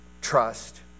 trust